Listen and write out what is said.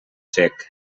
sec